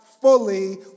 fully